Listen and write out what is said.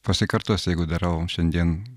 pasikartosiu jeigu darau šiandien